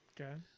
Okay